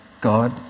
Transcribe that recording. God